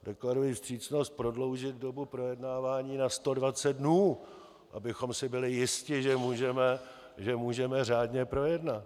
Deklaruji vstřícnost prodloužit dobu projednávání na 120 dnů, abychom si byli jisti, že to můžeme řádně projednat.